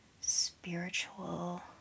spiritual